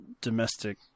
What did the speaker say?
domestic